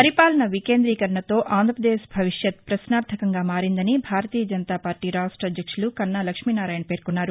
పరిపాలన వికేంద్రీకరణతో ఆంధ్రపదేశ్ భవిష్యత్తు ప్రశ్నార్దకంగా మారిందని భారతీయ జనత పార్టీ రాష్ట అధ్యక్షులు కన్నా లక్ష్మీనారాయణ పేర్కొన్నరు